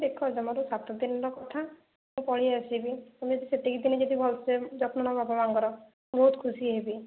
ଦେଖ ଜମାରୁ ସାତ ଦିନର କଥା ମୁଁ ପଳେଇଆସିବି ହେଲେ ସେତିକି ଦିନ ଯଦି ଭଲସେ ଯତ୍ନ ନେବ ବାପା ମା'ଙ୍କର ମୁଁ ବହୁତ ଖୁସି ହେବି